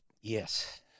Yes